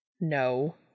No